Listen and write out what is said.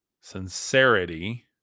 sincerity